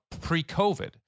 pre-COVID